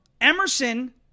Emerson